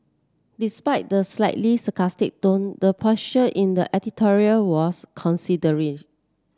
despite the slightly sarcastic tone the posture in the editorial was